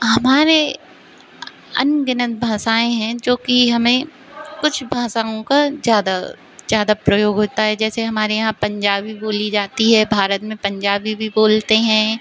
हमारे अनगिनत भाषाएं हैं जो कि हमें कुछ भाषाओं का ज़्यादा ज़्यादा प्रयोग होता है जैसे हमारे यहाँ पंजाबी बोली जाती है भारत में पंजाबी भी बोलते हैं